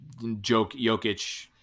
Jokic